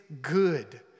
good